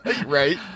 right